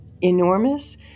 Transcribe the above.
enormous